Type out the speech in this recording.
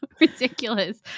ridiculous